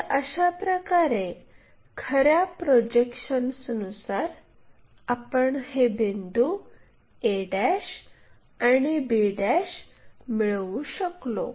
तर अशाप्रकारे खऱ्या प्रोजेक्शन्सनुसार आपण हे बिंदू a आणि b मिळवू शकलो